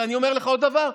ואני אומר לך עוד דבר,